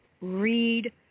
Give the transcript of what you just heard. read